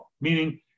Meaning